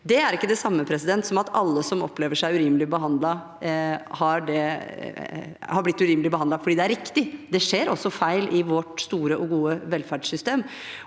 Det er ikke det samme som at alle som opplever seg urimelig behandlet, har blitt urimelig behandlet fordi det er riktig. Det skjer også feil i vårt store og gode velferdssystem,